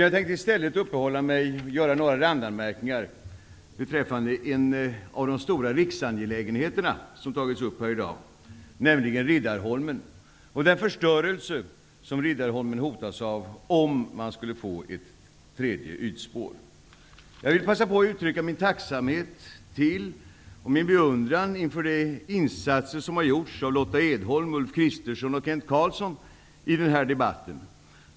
Jag tänkte i stället uppehålla mig, och göra några randanmärkningar, vid en av de stora riksangelägenheter som har tagits upp i dag, nämligen Riddarholmen och den förstörelse som Riddarholmen hotas av, om det skulle bli ett tredje ytspår. Jag vill passa på att uttrycka min tacksamhet och min beundran inför de insatser som har gjorts av Lotta Edholm, Ulf Kristersson och Kent Carlsson i den här debatten.